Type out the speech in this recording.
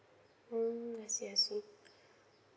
mm I see I see